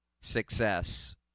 success